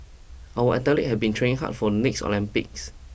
our athletes have been training hard for the next Olympics